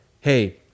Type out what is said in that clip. hey